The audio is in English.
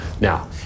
Now